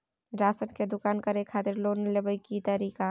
Ration के दुकान करै खातिर लोन लेबै के तरीका?